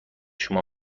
شما